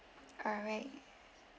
alright